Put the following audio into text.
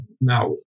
now